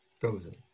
Frozen